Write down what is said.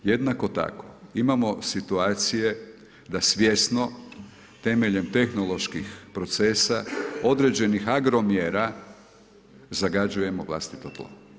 Jednako tako imamo situacije, da svjesno, temeljem tehnoloških procesa, određenih agromjera zagađujemo vlastito tlo.